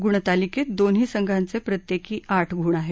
गुणतालिकेत दोन्ही संघांचे प्रत्येकी आठ गुण आहेत